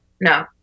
no